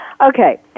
Okay